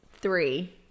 Three